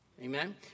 Amen